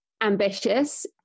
ambitious